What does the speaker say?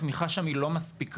התמיכה שם היא לא מספיקה,